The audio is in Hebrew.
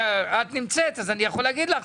את נמצאת ואני יכול להגיד לך,